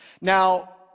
Now